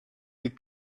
the